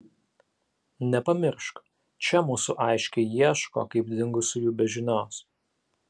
nepamiršk čia mūsų aiškiai ieško kaip dingusiųjų be žinios